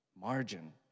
Margin